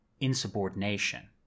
insubordination